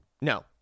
No